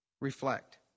Reflect